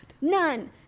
None